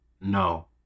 No